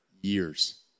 years